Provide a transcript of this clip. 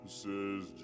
says